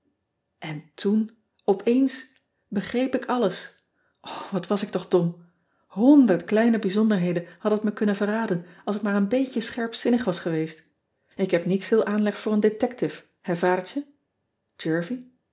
n toen opeens begreep ik alles wat was ik toch dom onderd kleine bizonderheden hadden het me kunnen verraden als ik maar een beetje scherpzinnig was geweest k heb niet veel aanleg voor een detective hè